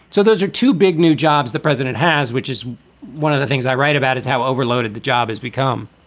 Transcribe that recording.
so those are two big new jobs the president has, which is one of the things i write about is how overloaded the job is become